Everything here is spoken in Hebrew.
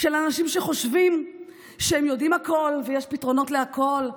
של אנשים שחושבים שהם יודעים הכול ויש פתרונות לכול.